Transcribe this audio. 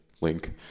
Link